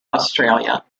australia